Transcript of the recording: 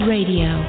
Radio